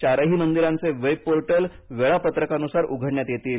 चारही मंदिरांचे web portal वेळापत्रकानुसार उघडण्यात येतील